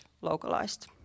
localized